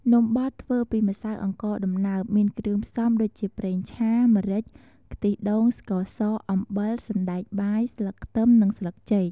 នំបត់ធ្វើពីម្សៅអង្ករដំណើបមានគ្រឿងផ្សំុដូចជាប្រេងឆា ម្រេច ខ្ទិះដូង ស្ករស អំបិល សណ្តែកបាយ ស្លឹកខ្ទឹម និងស្លឹកចេក។